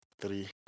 three